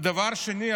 ודבר שני,